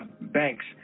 banks